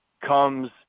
comes